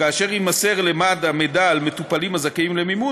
כאשר יימסר למד"א מידע על מטופלים הזכאים למימון